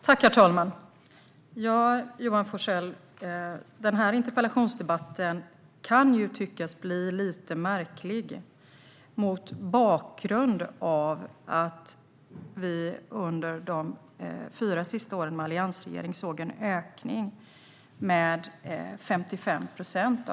Herr talman! Den här interpellationsdebatten kan tyckas lite märklig, Johan Forssell, mot bakgrund av att vi under de fyra sista åren med alliansregeringen såg en ökning av sjuktalen med 55 procent.